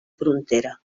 frontera